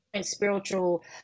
spiritual